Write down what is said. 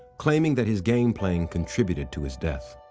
claiming that his game-playing contributed to his death.